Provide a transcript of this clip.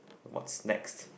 what next